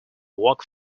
work